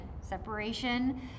separation